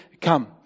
come